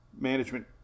management